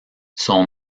son